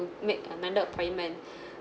to make another appointment